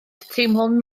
teimlwn